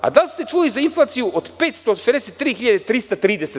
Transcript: Da li ste čuli za inflaciju od 563.330%